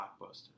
blockbuster